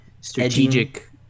strategic